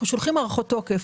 אנחנו שולחים הארכות תוקף.